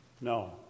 No